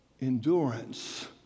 Endurance